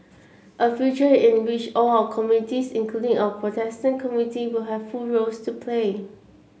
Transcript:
a future in which all our communities including our Protestant community will have full roles to play